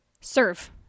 serve